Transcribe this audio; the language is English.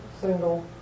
single